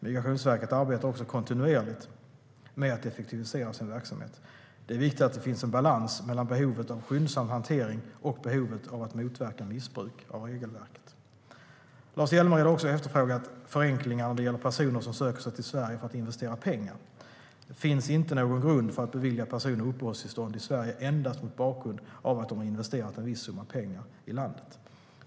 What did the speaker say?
Migrationsverket arbetar också kontinuerligt med att effektivisera sin verksamhet. Det är viktigt att det finns en balans mellan behovet av skyndsam hantering och behovet av att motverka missbruk av regelverket. Lars Hjälmered har också efterfrågat förenklingar när det gäller personer som söker sig till Sverige för att investera pengar. Det finns inte någon grund för att bevilja personer uppehållstillstånd i Sverige endast mot bakgrund av att de har investerat en viss summa pengar i landet.